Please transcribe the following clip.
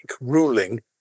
ruling